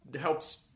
helps